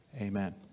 Amen